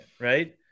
right